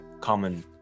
common